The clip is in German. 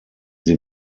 sie